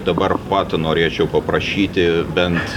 dabar pat norėčiau paprašyti bent